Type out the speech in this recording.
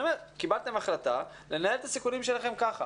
קיבלתם החלטה לנהל את הסיכונים שלכם ככה,